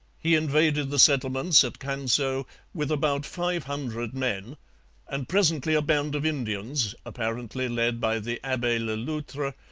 he invaded the settlements at canso with about five hundred men and presently a band of indians, apparently led by the abbe le loutre,